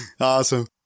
Awesome